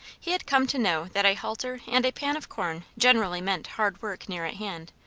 he had come to know that a halter and a pan of corn generally meant hard work near at hand,